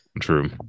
True